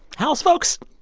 house folks?